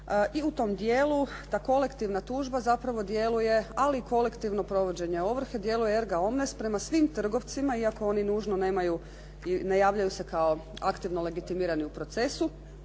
i u tom dijelu ta kolektivna tužba zapravo djeluje, ali i kolektivno provođenje ovrhe djeluje erga omnes prema svim trgovcima iako oni nužno nemaju i ne javljaju se kao aktivno legitimirani u procesu.